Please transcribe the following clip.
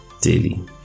daily